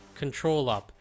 ControlUp